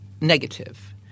negative